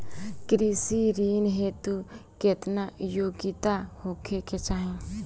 कृषि ऋण हेतू केतना योग्यता होखे के चाहीं?